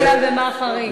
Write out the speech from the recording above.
מה הכלל ומה החריג.